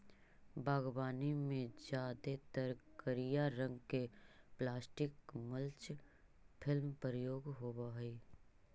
बागवानी में जादेतर करिया रंग के प्लास्टिक मल्च फिल्म प्रयोग होवऽ हई